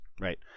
Right